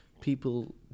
People